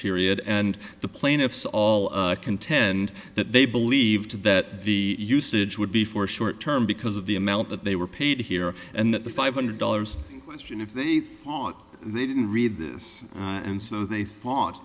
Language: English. period and the plaintiffs all contend that they believed that the usage would be for short term because of the amount that they were paid here and that the five hundred dollars question if they thought they didn't read this and so they thought